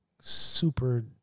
super